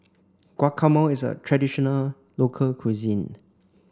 Guacamole is a traditional local cuisine